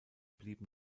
blieb